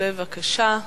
בבקשה.